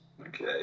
okay